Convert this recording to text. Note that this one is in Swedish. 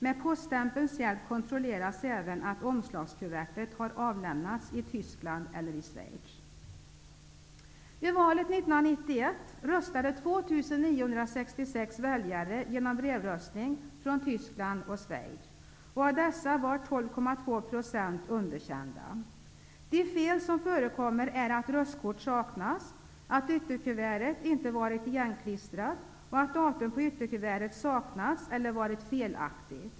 Med poststämpelns hjälp kontrolleras även att omslagskuvertet har avlämnats i Tyskland eller i I valet 1991 röstade 2 966 väljare genom brevröstning från Tyskland och Schweiz. Av dessa röster var 12,2 % underkända. De fel som förekommer är att röstkort saknas, att ytterkuvertet inte varit igenklistrat och att datum på ytterkuvertet saknats eller varit felaktigt.